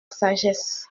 sagesse